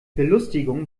belustigung